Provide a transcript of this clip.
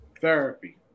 Therapy